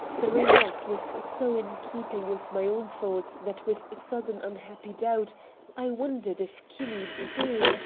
the remark was so in keeping with my own thoughts that with sudden unhappy doubt i wondered if kinney, too,